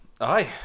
Aye